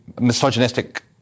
misogynistic